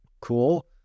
cool